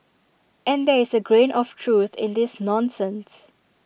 and there is A grain of truth in this nonsense